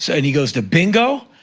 and he goes to bingo,